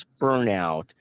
burnout